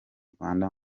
rwanda